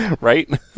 Right